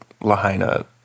Lahaina